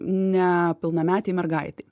nepilnametei mergaitei